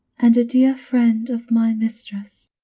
and a dear friend of my mistress.